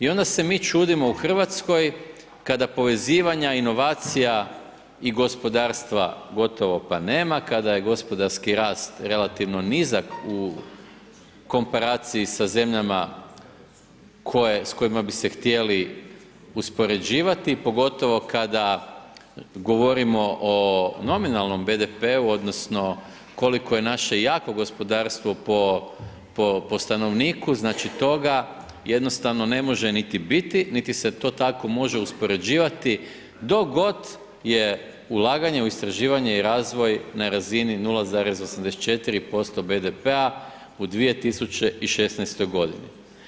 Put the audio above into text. I onda se mi čudimo u Hrvatskoj kada povezivanja inovacija i gospodarstva gotovo pa nema, kada je gospodarski rast relativno nizak u komparaciji sa zemljama s kojima bi se htjeli uspoređivati pogotovo kada govorimo o nominalnom BDP-u odnosno koliko je naše jako gospodarstvo po stanovniku, znači toga jednostavno ne može niti biti niti se to tako može uspoređivati dok god je ulaganje u istraživanje i razvoj na razini 0,84% BDP-a u 2016. godini.